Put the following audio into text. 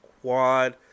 quad